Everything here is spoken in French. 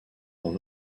dans